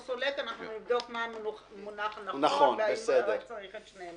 או "סולק" אנחנו נבדוק מה המונח הנכון והאם צריך את שניהם